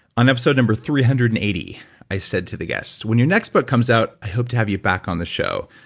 on episode number three hundred and eighty i said to the guest, when you next book comes out, i hope to have you back on the show.